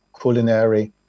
culinary